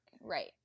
Right